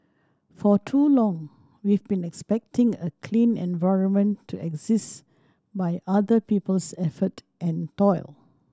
for too long we've been expecting a clean environment to exist by other people's effort and toil